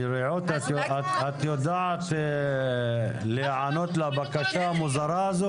רעות, את יודעת להיענות לבקשה המוזרה הזאת?